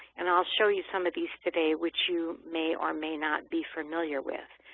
and i'll show you some of these today, which you may or may not be familiar with,